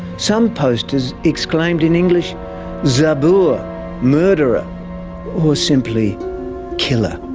some posters exclaimed in english zabur murderer or simply killer.